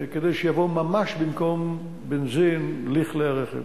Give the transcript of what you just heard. כדי שיבוא ממש במקום בנזין לכלי-הרכב.